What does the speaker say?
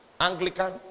anglican